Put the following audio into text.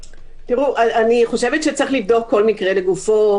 אני חושבת שצריך לבדוק כל מקרה לגופו.